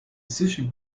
sushi